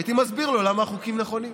הייתי מסביר לו למה החוקים נכונים.